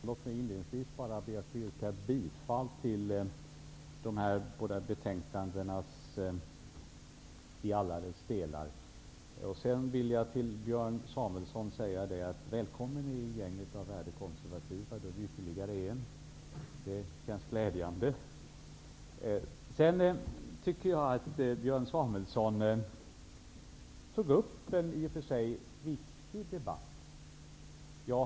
Fru talman! Låt mig inledningsvis bara få yrka bifall till utskottets hemställan i båda betänkandena, i alla deras delar. Sedan vill jag säga till Björn Samuelson: Välkommen i gänget av värdekonservativa! Då är vi ytterligare en. Det känns glädjande. Björn Samuelson tog upp en i och för sig viktig debatt, tycker jag.